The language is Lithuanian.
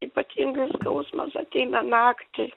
ypatingai skausmas ateina naktį